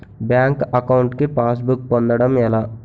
Bank account కి passbook పొందడం ఎలా?